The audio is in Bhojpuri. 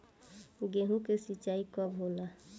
गेहूं के सिंचाई कब होला?